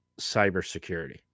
cybersecurity